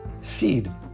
seed